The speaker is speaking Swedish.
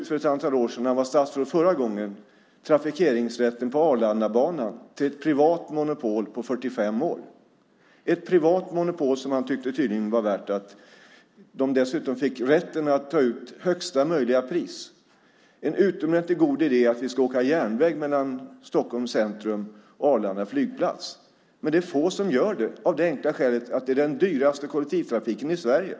För ett antal år sedan, när han var statsråd förra gången, sålde han ut trafikeringsrätten på Arlandabanan till ett privat monopol på 45 år. De fick dessutom rätten att ta ut högsta möjliga pris. Det är en utomordentligt god idé att vi ska åka järnväg mellan Stockholms centrum och Arlanda flygplats, men det är få som gör det av det enkla skälet att det är den dyraste kollektivtrafiken i Sverige.